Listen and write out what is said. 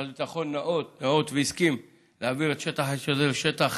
משרד הביטחון ניאות והסכים להעביר את שטח האש הזה לשטח